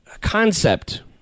concept